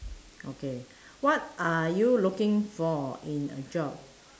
okay what are you looking for in a job